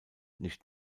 nicht